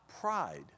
pride